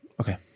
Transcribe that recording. Okay